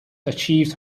achieved